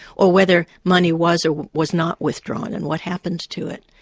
or whether money was or was not withdrawn, and what happened to it.